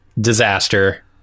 disaster